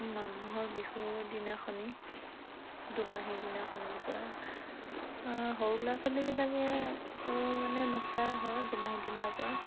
মানুহৰ বিহুৰ দিনাখনি দুমাহীৰ দিনাখনিৰপৰা সৰু ল'ৰা ছোৱালীবিলাকে মানে নচাই হয় দুমাহীৰ দিনাৰপৰা